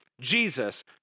Jesus